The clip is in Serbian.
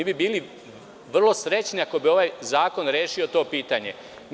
Bili bi vrlo srećni ako bi ovaj zakon rešio to pitanje.